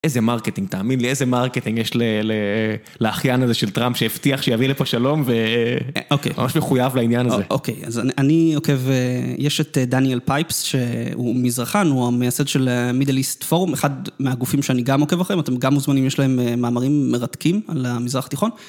איזה מרקטינג, תאמין לי, איזה מרקטינג יש לאחיין הזה של טראמפ שהבטיח שיביא לפה שלום, וממש מחויב לעניין הזה. אוקיי, אז אני עוקב, יש את דניאל פייפס, שהוא מזרחן, הוא המייסד של מידל איסט פורום, אחד מהגופים שאני גם עוקב אחריהם, אתם גם מוזמנים, יש להם מאמרים מרתקים על המזרח התיכון.